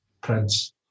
Prince